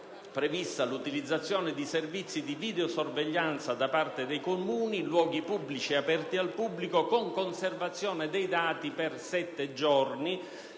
prevista l'utilizzazione dei servizi di videosorveglianza da parte dei Comuni in luoghi pubblici e aperti al pubblico con conservazione dei dati per sette giorni,